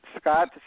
Scott